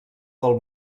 del